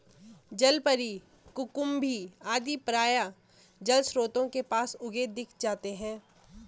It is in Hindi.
जलपरी, कुकुम्भी आदि प्रायः जलस्रोतों के पास उगे दिख जाते हैं